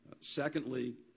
Secondly